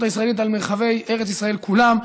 הישראלית על מרחבי ארץ ישראל כולם,